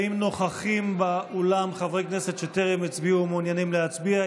האם נוכחים באולם חברי כנסת שטרם הצביעו ומעוניינים להצביע?